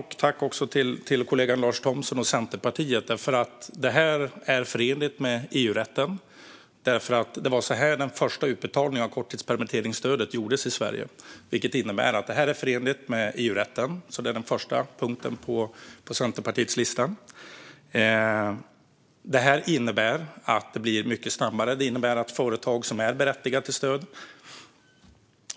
Herr talman! Det här är förenligt med EU-rätten. Det var nämligen så här den första utbetalningen av korttidspermitteringsstödet gjordes i Sverige. Det var en av punkterna på Centerpartiets lista. Vårt förslag innebär också att det blir mycket snabbare. Företag som är berättigade till stöd